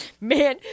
Man